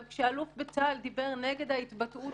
אבל כשאלוף בצה"ל דיבר נגד ההתבטאות